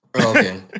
Okay